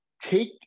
Take